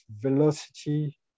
velocity